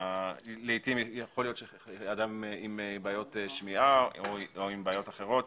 לעתים יכול להיות שאדם עם בעיות שמיעה או עם בעיות אחרות